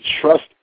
trust